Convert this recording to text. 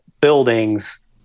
buildings